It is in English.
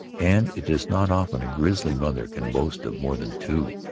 and it is not often a grizzly mother can boast of more than two.